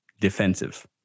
defensive